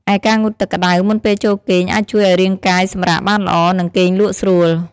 ឯការងូតទឹកក្តៅមុនពេលចូលគេងអាចជួយឲ្យរាងកាយសម្រាកបានល្អ និងគេងលក់ស្រួល។